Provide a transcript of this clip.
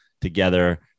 together